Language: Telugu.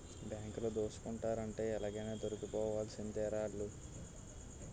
బాంకులు దోసుకున్నారంటే ఎలాగైనా దొరికిపోవాల్సిందేరా ఆల్లు